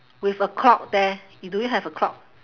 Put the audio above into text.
with a clock there do you have a clock